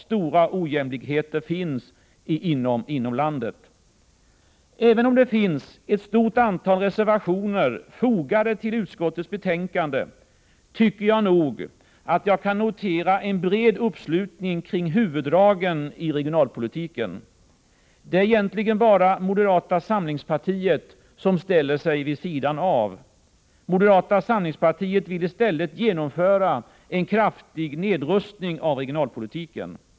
Stora ojämlikheter finns inom landet. Även om det finns ett stort antal reservationer fogade till utskottets betänkande tycker jag att jag kan notera en bred uppslutning kring huvuddragen i regionalpolitiken. Det är egentligen bara moderata samlingspartiet som ställer sig vid sidan av. Moderata samlingspartiet vill i stället genomföra en kraftig nedrustning av regionalpolitiken.